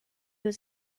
was